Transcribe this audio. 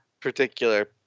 particular